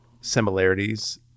similarities